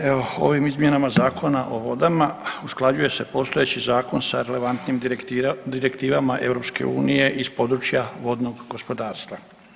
Evo, ovim izmjenama Zakona o vodama usklađuje se postojeći zakon sa relevantnim direktivama EU-a iz područja vodnog gospodarstva.